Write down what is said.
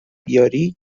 بیاری